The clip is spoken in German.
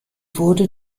wurde